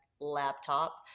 laptop